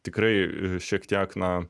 tikrai šiek tiek na